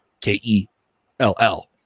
K-E-L-L